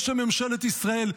בשם ממשלת ישראל,